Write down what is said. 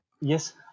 Yes